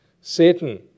Satan